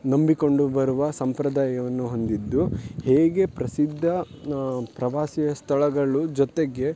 ನಂಬಿಕೊಂಡು ಬರುವ ಸಂಪ್ರದಾಯವನ್ನು ಹೊಂದಿದ್ದು ಹೇಗೆ ಪ್ರಸಿದ್ಧ ಪ್ರವಾಸಿ ಸ್ಥಳಗಳು ಜೊತೆಗೆ